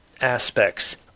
aspects